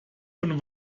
von